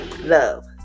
Love